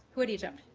had egypt?